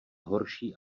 horší